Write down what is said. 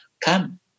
come